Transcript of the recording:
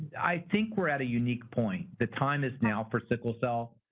i think we're at a unique point. the time is now for sickle cell.